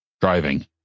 driving